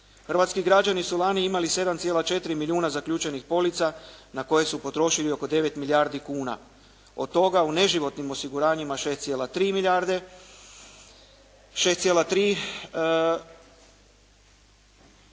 Hrvatski građani su lani imali 7,4 milijuna zaključanih polica, na koje su potrošili oko 9 milijardi kuna. Od toga u neživotnim osiguranjima 6,3 milijarde,